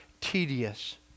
tedious